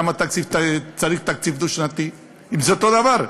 אז למה צריך תקציב דו-שנתי אם זה אותו דבר?